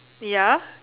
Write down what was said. ya